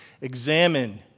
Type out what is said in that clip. examine